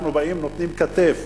אנחנו באים ונותנים כתף.